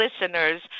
listeners